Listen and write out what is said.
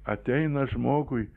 ateina žmogui